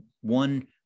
one